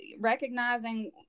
recognizing